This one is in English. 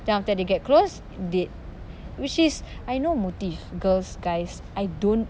then after they get close date which is I know motive girls guys I don't